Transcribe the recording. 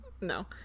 No